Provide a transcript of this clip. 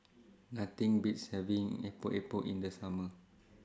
Nothing Beats having Epok Epok in The Summer